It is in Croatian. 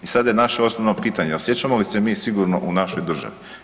I sada je naše osnovno pitanje, osjećamo li se mi sigurno u našoj državi?